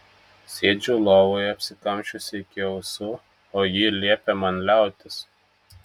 sėdžiu lovoje apsikamšiusi iki ausų o ji liepia man liautis